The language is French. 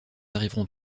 arriverons